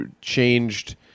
changed